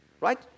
Right